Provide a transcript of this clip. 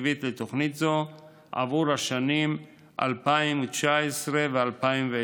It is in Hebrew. התקציבית לתוכנית זו עבור השנים 2019 ו-2020.